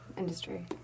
industry